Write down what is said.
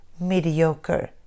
mediocre